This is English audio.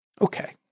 Okay